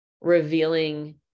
revealing